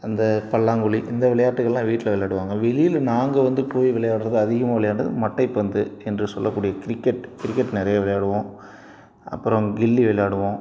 அந்த பல்லாங்குழி இந்த விளையாட்டுகளெலாம் வீட்டில் விளையாடுவாங்க வெளியில் நாங்கள் வந்து போய் விளையாடுறது அதிகமாக விளையாண்டது மட்டைப்பந்து என்று சொல்லக்கூடிய கிரிக்கெட் கிரிக்கெட் நிறைய விளையாடுவோம் அப்புறம் கில்லி விளையாடுவோம்